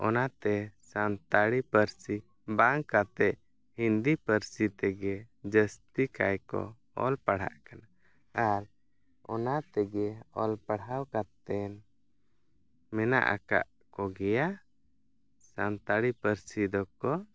ᱚᱱᱟᱛᱮ ᱥᱟᱱᱛᱟᱲᱤ ᱯᱟᱹᱨᱥᱤ ᱵᱟᱝ ᱠᱟᱛᱮ ᱦᱤᱱᱫᱤ ᱯᱟᱹᱨᱥᱤ ᱛᱮᱜᱮ ᱡᱟᱹᱥᱛᱤ ᱠᱟᱭᱠᱚ ᱚᱞᱯᱟᱲᱦᱟᱜ ᱠᱟᱱᱟ ᱟᱨ ᱚᱱᱟᱛᱮᱜᱮ ᱚᱞ ᱯᱟᱲᱦᱟᱣ ᱠᱟᱛᱮᱱ ᱢᱮᱱᱟᱜ ᱟᱠᱟᱫ ᱠᱚᱜᱮᱭᱟ ᱥᱟᱱᱛᱟᱲᱤ ᱯᱟᱹᱨᱥᱤ ᱫᱚᱠᱚ